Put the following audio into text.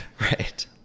Right